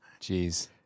Jeez